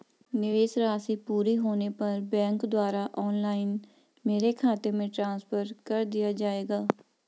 निवेश राशि पूरी होने पर बैंक द्वारा ऑनलाइन मेरे खाते में ट्रांसफर कर दिया जाएगा?